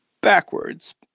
backwards